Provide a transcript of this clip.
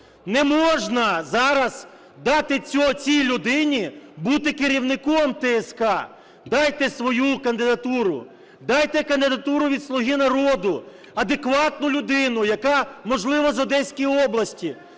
не можна зараз дати цій людині бути керівником ТСК. Дайте свою кандидатуру, дайте кандидатуру від "Слуги народу", адекватну людину, яка, можливо, з Одеської області,